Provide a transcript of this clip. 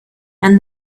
and